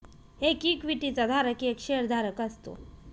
एक इक्विटी चा धारक एक शेअर धारक असतो